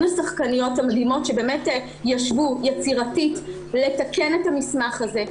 השחקניות המדהימות שבאמת ישבו יצירתית לתקן את המסמך הזה,